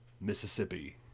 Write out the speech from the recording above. Mississippi